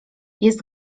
jest